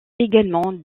également